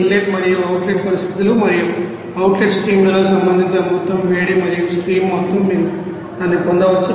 inlet మరియు outlet పరిస్థితులు మరియు అవుట్లెట్ స్ట్రీమ్లలో సంబంధిత మొత్తం వేడి మరియు స్ట్రీమ్ మొత్తం మీరు దాన్ని పొందవచ్చు